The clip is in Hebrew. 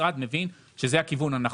והמשרד מבין שזה הכיוון הנכון.